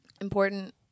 important